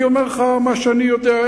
אני אומר לך מה שאני יודע.